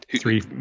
three